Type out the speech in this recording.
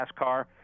NASCAR